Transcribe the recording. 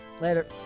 Later